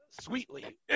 sweetly